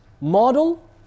model